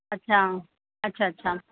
अच्छा अच्छा अच्छा